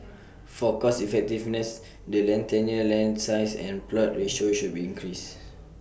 for cost effectiveness the land tenure land size and plot ratio should be increased